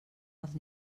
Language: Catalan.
els